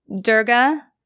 Durga